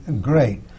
great